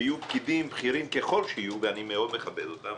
ויהיו פקידים בכירים ככל שיהיו אני מאוד מכבד אותם.